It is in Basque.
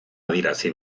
adierazi